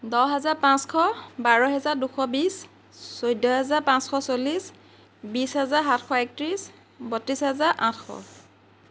দহ হেজাৰ পাঁচশ বাৰ হেজাৰ দুশ বিছ চৈধ্য হেজাৰ পাঁচশ চল্লিছ বিছ হেজাৰ সাতশ ঊনত্ৰিছ বত্ৰিছ হেজাৰ আঠশ